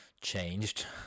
changed